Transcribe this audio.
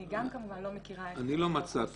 אני גם כמובן לא מכירה --- אני לא מצאתי.